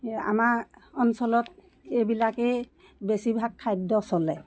এই আমাৰ অঞ্চলত এইবিলাকেই বেছিভাগ খাদ্য চলে